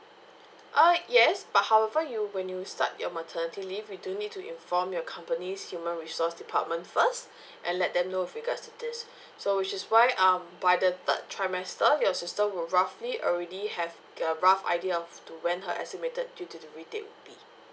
ah yes but however you when you start your maternity leave you do need to inform your company's human resource department first and let them know with regards to this so which is why um by the third trimester your sister will roughly already have the rough idea of to when her estimated due delivery date would be